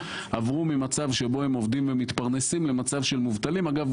עברו ממצב שבו הם עובדים ומתפרנסים למצב שבו הם מובטלים ואגב,